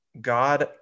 God